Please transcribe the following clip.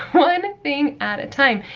one thing at a time.